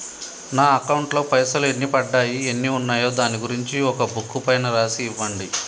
నా అకౌంట్ లో పైసలు ఎన్ని పడ్డాయి ఎన్ని ఉన్నాయో దాని గురించి ఒక బుక్కు పైన రాసి ఇవ్వండి?